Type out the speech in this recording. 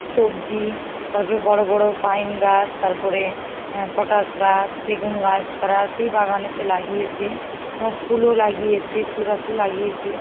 সবজি তারপরে বড়ো বড়ো পাইন গাছ তারপরে পটাশ গাছ সেগুন গাছ তারা সেই বাগানেতে লাগিয়েছে এবং ফুলও লাগিয়েছে ফুল গাছও লাগিয়েছে